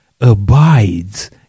abides